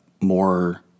more